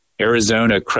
Arizona